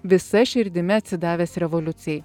visa širdimi atsidavęs revoliucijai